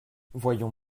voyons